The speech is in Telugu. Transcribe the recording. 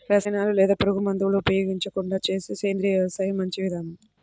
రసాయనాలు లేదా పురుగుమందులు ఉపయోగించకుండా చేసే సేంద్రియ వ్యవసాయం మంచి విధానం